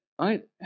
right